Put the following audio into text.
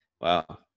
Wow